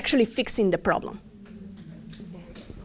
actually fixing the problem